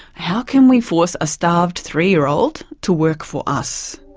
how can we force a starved three year old to work for us?